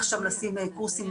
מה משך הקורס?